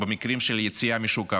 במקרים של יציאה משוק העבודה,